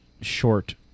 short